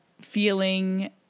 Feeling